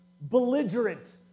belligerent